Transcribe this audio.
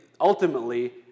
ultimately